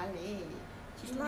I smell garlic